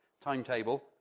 timetable